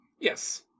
Yes